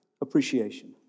appreciation